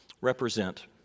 represent